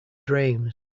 dreams